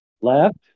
Left